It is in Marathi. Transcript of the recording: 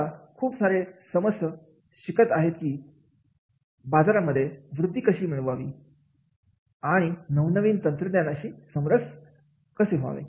आता खूप सारे समस्त शिकत आहेत की बाजारामध्ये वृद्धि कशी मिळवावी त्यांना नवनवीन तंत्रज्ञानाची समरस व्हावे लागते